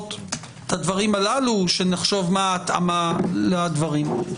ולפחות בדברים הללו שנחשוב מה ההתאמה לדברים.